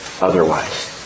otherwise